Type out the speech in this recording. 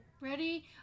ready